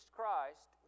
Christ